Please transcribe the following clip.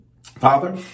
Father